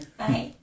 bye